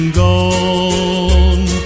gone